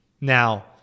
Now